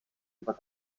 über